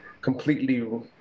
completely